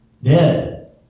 dead